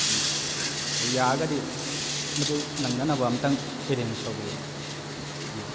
ꯑꯗꯨ ꯌꯥꯔꯒꯗꯤ ꯃꯗꯨ ꯅꯪꯅꯅꯕ ꯑꯝꯇꯪ ꯑꯦꯔꯦꯟꯖ ꯇꯧꯕꯤꯌꯣ ꯑꯥ